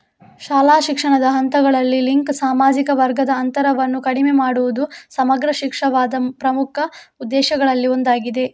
ಶಾಲಾ ಶಿಕ್ಷಣದ ಹಂತಗಳಲ್ಲಿ ಲಿಂಗ ಸಾಮಾಜಿಕ ವರ್ಗದ ಅಂತರವನ್ನು ಕಡಿಮೆ ಮಾಡುವುದು ಸಮಗ್ರ ಶಿಕ್ಷಾದ ಪ್ರಮುಖ ಉದ್ದೇಶಗಳಲ್ಲಿ ಒಂದಾಗಿದೆ